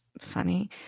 funny